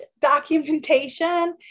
documentation